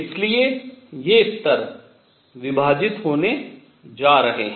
इसलिए ये स्तर विभाजित होने जा रहे हैं